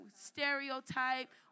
stereotype